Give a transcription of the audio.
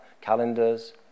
calendars